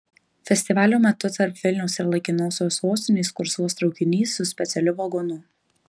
festivalio metu tarp vilniaus ir laikinosios sostinės kursuos traukinys su specialiu vagonu